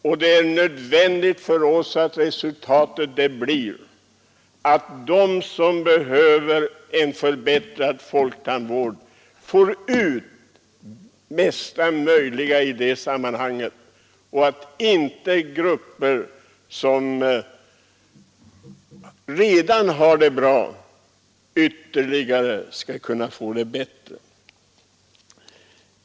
Det är därför nödvändigt att resultatet blir att de som behöver en förbättrad folktandvård får ut mesta möjliga av den, inte att grupper som redan har det bra får det ännu bättre.